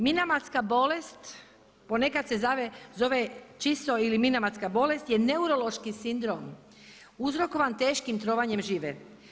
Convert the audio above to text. Minamatska bolest ponekad se zove … ili minamatska bolest je neurološki sindrom uzrokovan teškim trovanjem žive.